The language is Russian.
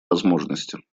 возможности